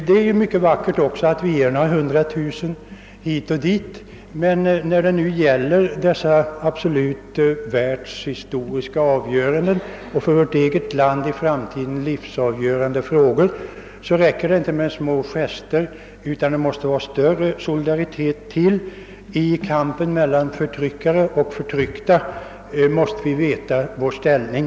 Det är en mycket vacker gest att vi ger några hundratusen kronor hit och dit, men när det gäller dessa absolut världshistoriska avgöranden och dessa för vårt eget land i framtiden livsavgörande frågor, så räcker det inte med små gester utan det skall större solidaritet till. I kampen mellan förtryckare och förtryckta måste vi veta vår ställning.